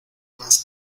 más